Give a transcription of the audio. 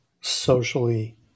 socially